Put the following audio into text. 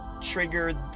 triggered